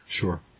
Sure